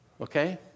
Okay